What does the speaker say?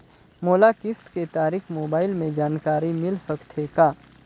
मोला किस्त के तारिक मोबाइल मे जानकारी मिल सकथे का?